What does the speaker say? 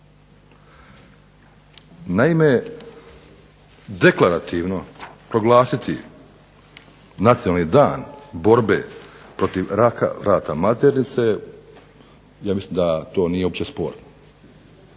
Naime, deklarativno proglasiti Nacionalni dan borbe protiv raka vrata maternice ja mislim da to nije uopće sporno.